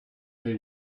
they